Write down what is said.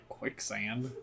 quicksand